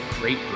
great